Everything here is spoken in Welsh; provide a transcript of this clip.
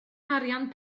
arian